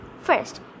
First